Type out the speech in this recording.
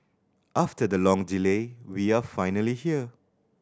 after the long delay we are finally here